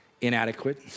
inadequate